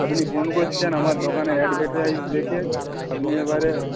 আপনি ফোন করছেন আমার দোকানের অ্যাডভার্টাইজ দেখে আপনি এবারে